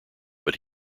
but